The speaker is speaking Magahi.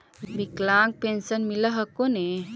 विकलांग पेन्शन मिल हको ने?